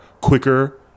quicker